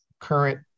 current